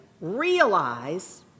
realize